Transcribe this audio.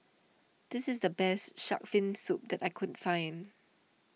this is the best Shark's Fin Soup that I can find